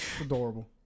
adorable